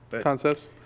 Concepts